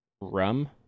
rum